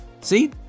See